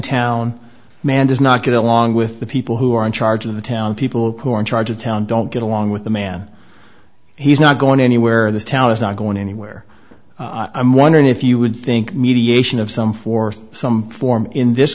town man does not get along with the people who are in charge of the town people corps in charge of town don't get along with the man he's not going anywhere this town is not going anywhere i'm wondering if you would think mediation of some force some form in this